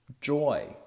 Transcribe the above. Joy